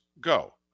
Go